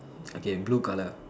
okay blue colour